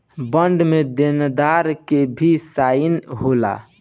bond में देनदार के भी साइन होला